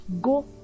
go